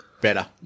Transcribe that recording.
Better